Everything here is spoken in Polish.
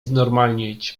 znormalnieć